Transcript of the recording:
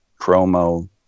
promo